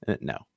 No